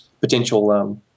potential